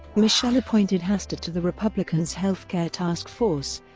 michel appointed hastert to the republicans' health care task force,